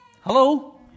Hello